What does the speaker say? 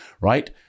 right